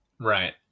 Right